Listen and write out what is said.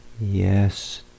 Yes